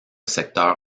secteur